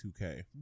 2K